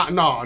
no